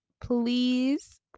please